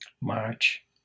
March